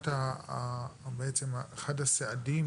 אחד הסעדים